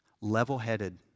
level-headed